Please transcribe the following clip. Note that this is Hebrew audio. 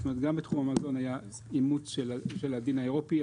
גם בתחום המזון היה אימוץ של הדין האירופי.